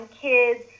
kids